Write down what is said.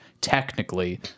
technically